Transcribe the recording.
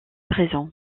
présents